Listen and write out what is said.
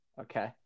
okay